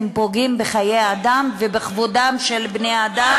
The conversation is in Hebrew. פוגעות בחיי אדם ובכבודם של בני-אדם.